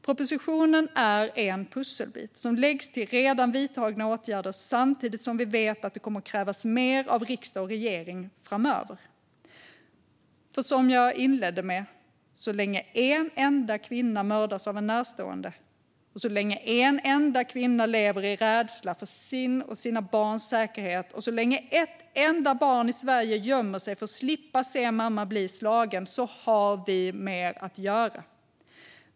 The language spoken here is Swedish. Propositionen är en pusselbit som läggs till redan vidtagna åtgärder samtidigt som vi vet att det kommer att krävas mer av riksdag och regering framöver. För som jag inledde med: Så länge en enda kvinna mördas av en närstående, så länge en enda kvinna lever i rädsla för sin och sina barns säkerhet och så länge ett enda barn i Sverige gömmer sig för att slippa se mamma bli slagen har vi mer att göra.